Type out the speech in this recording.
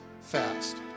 fast